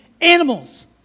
animals